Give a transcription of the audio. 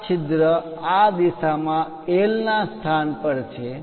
આ છિદ્ર આ દિશામાં L ના સ્થાન પર છે